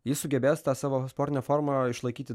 jis sugebės tą savo sportinę formą išlaikyti